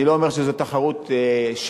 אני לא אומר שזו תחרות שווה,